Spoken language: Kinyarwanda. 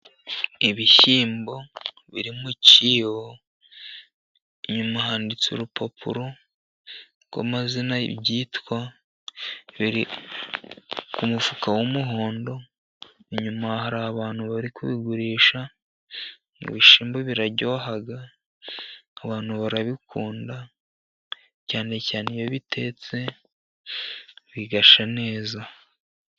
Ibishyimbo biri mu cyibo. Inyuma handitse urupapuro rw'amazina byitwa. Biri ku mufuka w'umuhondo, inyuma hari abantu bari kubigurisha. Ibishyimbo biraryoha abantu barabikunda, cyane cyane iyo bitetse bigashya neza.